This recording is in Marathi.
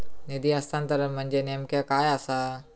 निधी हस्तांतरण म्हणजे नेमक्या काय आसा?